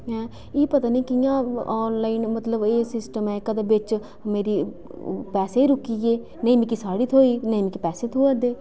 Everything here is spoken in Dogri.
ऐं एह् पता निं कि'यां आनलाइन मतलब एह् सिस्टम में कदें बिच मेरी पैसे ई रुकी गे नेईं मिकी साह्ड़ी थ्होई नेईं मिकी पैसे थ्होआ दे